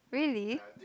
really